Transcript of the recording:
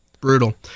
Brutal